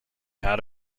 had